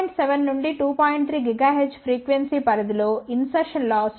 3 GHz frequency పరిధిలో insertion loss 2